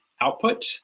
output